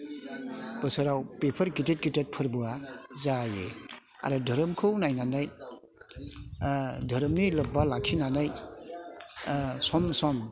बोसोराव बेफोर गिदिर गिदिर फोरबोआ जायो आरो धोरोमखौ नायनानै धोरोमनि लोब्बा लाखिनानै सम सम